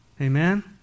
Amen